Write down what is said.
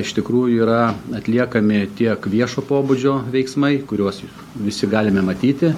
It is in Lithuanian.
iš tikrųjų yra atliekami tiek viešo pobūdžio veiksmai kuriuos visi galime matyti